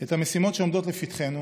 את המשימות שעומדות לפתחנו,